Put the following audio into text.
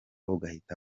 ugahita